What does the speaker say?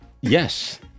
Yes